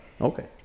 Okay